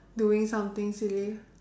doing something silly